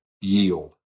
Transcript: yield